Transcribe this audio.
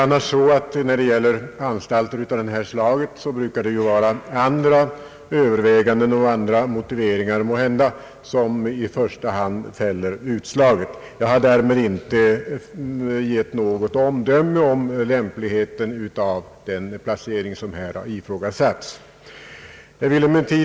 När det gäller anstalter av detta slag brukar det ju måhända vara andra motiveringar och andra överväganden, som i första hand fäller utslaget. Jag har därmed inte avgivit något omdöme om lämpligheten av den placering som här ifrågasatts.